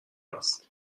هست